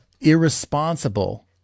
irresponsible